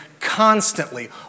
constantly